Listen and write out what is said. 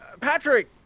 Patrick